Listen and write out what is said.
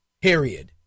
period